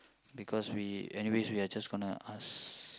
because we anyways we are just gonna ask